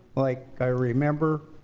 like i remember?